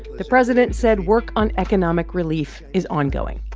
the president said work on economic relief is ongoing.